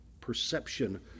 perception